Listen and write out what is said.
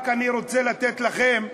אני רק רוצה לתת לכם תזכורת,